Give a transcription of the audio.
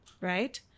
Right